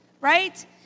right